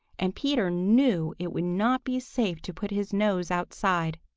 and peter knew it would not be safe to put his nose outside.